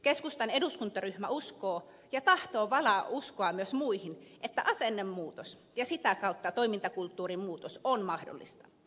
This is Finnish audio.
keskustan eduskuntaryhmä uskoo ja tahtoo valaa uskoa myös muihin että asennemuutos ja sitä kautta toimintakulttuurin muutos on mahdollista